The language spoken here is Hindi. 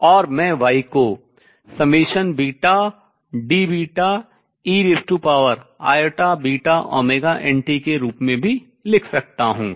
और मैं y को Deiβωnt के रूप में लिख सकता हूँ